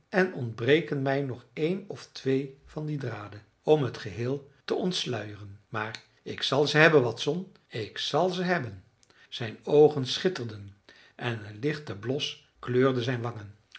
en ontbreken mij nog een of twee van die draden om het geheel te ontsluieren maar ik zal ze hebben watson ik zal ze hebben zijn oogen schitterden en een lichte blos kleurde zijn wangen